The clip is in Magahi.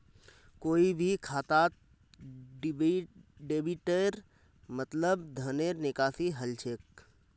कोई भी खातात डेबिटेर मतलब धनेर निकासी हल छेक